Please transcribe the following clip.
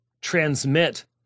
transmit